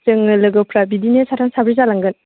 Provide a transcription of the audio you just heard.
जोङो लोगोफ्रा बिदिनो साथाम साब्रै जालांगोन